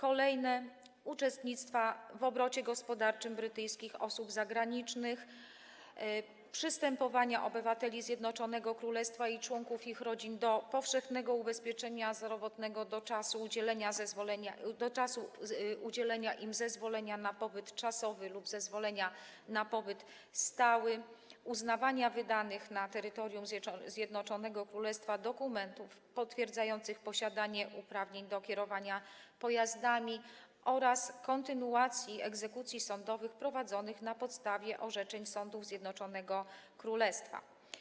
Po szóste, uczestnictwa w obrocie gospodarczym brytyjskich osób zagranicznych, przystępowania obywateli Zjednoczonego Królestwa i członków ich rodzin do powszechnego ubezpieczenia zdrowotnego do czasu udzielenia im zezwolenia na pobyt czasowy lub zezwolenia na pobyt stały, uznawania wydanych na terytorium Zjednoczonego Królestwa dokumentów potwierdzających posiadanie uprawnień do kierowania pojazdami oraz kontynuacji egzekucji sądowych prowadzonych na podstawie orzeczeń sądów Zjednoczonego Królestwa.